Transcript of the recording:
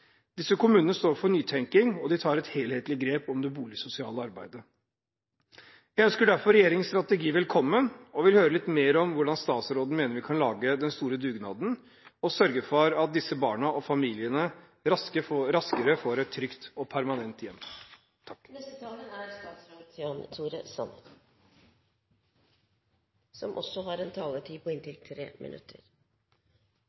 Disse kommunene står for nytenkning, og de tar et helhetlig grep om det boligsosiale arbeidet. Jeg ønsker derfor regjeringens strategi velkommen, og vil høre litt mer om hvordan statsråden mener vi kan lage den store dugnaden for å sørge for at disse barna og familiene deres raskere får et trygt og permanent hjem. Jeg mener at det første og viktigste er at vi erkjenner at vi står overfor betydelige utfordringer, at det er en